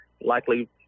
likely